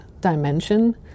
dimension